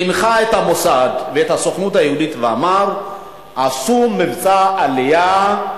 הנחה את המוסד ואת הסוכנות היהודית ואמר: עשו מבצע עלייה,